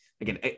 again